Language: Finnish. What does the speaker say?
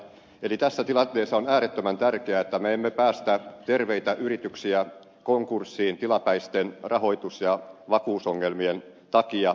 eli tässä tilanteessa on äärettömän tärkeää että me emme päästä terveitä yrityksiä konkurssiin tilapäisten rahoitus ja vakuusongelmien takia